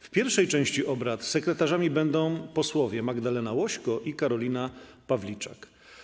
W pierwszej części obrad sekretarzami będą posłowie Magdalena Łośko i Karolina Pawliczak.